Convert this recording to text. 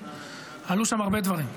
עלו שם הרבה דברים,